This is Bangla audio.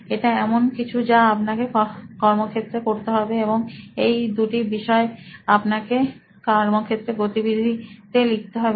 এটা এমন কিছু যা আপনাকে কর্মক্ষেত্রে করতে হবে এবং এই দুটি বিষয় আপনাকে কর্মক্ষেত্রের গতিবিধিতে লিখতে হবে